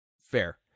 Fair